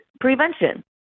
prevention